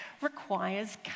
requires